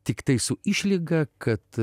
tiktai su išlyga kad